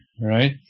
Right